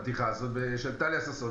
את הבדיחה הזאת של טליה ששון,